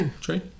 True